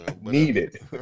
Needed